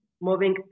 moving